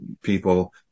people